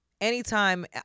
anytime